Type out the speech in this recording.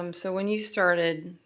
um so when you started,